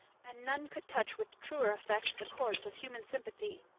and none could touch with truer effect the chords of human sympathy.